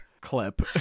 clip